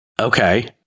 Okay